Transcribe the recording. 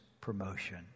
promotion